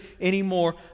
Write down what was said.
anymore